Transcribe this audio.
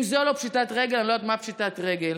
אם זו לא פשיטת רגל אני לא יודעת מהי פשיטת רגל.